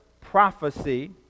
prophecy